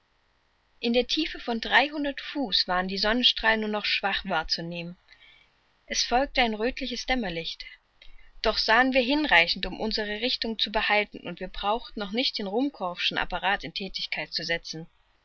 in der tiefe von dreihundert fuß waren die sonnenstrahlen nur noch schwach wahrzunehmen es folgte ein röthliches dämmerlicht doch sahen wir hinreichend um unsere richtung zu behalten und wir brauchten noch nicht den ruhmkorff'schen apparat in thätigkeit zu setzen